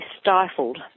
stifled